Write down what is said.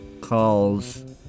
calls